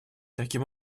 таким